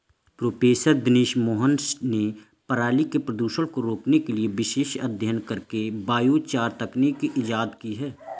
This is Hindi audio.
प्रोफ़ेसर दिनेश मोहन ने पराली के प्रदूषण को रोकने के लिए विशेष अध्ययन करके बायोचार तकनीक इजाद की है